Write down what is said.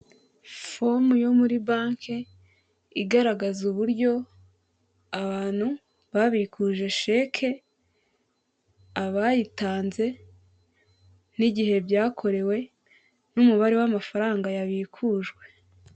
Fomu yo muri banki igaragaza uburyo abantu babikuje sheki, abayitanze n'igihe byakorewe n'umubare w'amafaranga yabikujwe.